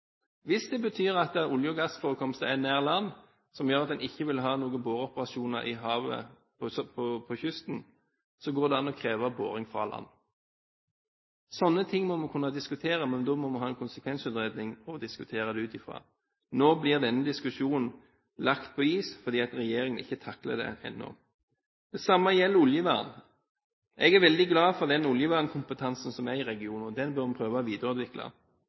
Hvis det betyr at det er olje- og gassforekomster nær land som gjør at en ikke vil ha noen boreoperasjoner på kysten, så går det an å kreve boring fra land. Slike ting må vi kunne diskutere, men da må vi ha en konsekvensutredning å diskutere det ut fra. Nå blir denne diskusjonen lagt på is fordi regjeringen ikke takler det ennå. Det samme gjelder oljevern. Jeg er veldig glad for den oljevernkompetansen som er i regionen, og den bør vi prøve å videreutvikle.